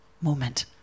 moment